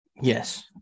Yes